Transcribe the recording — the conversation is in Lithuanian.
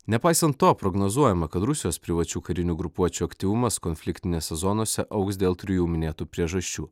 nepaisant to prognozuojama kad rusijos privačių karinių grupuočių aktyvumas konfliktinėse zonose augs dėl trijų minėtų priežasčių